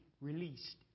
released